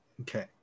Okay